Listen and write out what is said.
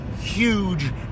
huge